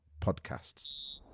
Podcasts